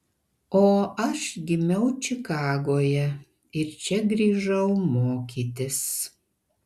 o aš gimiau čikagoje ir čia grįžau mokytis